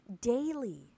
daily